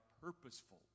purposeful